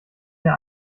der